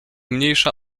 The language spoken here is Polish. mniejsza